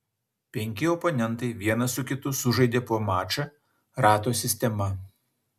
penki oponentai vienas su kitu sužaidė po mačą rato sistema